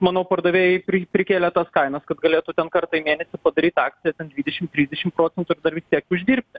manau pardavėjai pri prikėlė tas kainas kad galėtų ten kartą į mėnesį padaryt akciją ten dvidešim trisdešim procentų ir dar vis tiek uždirbti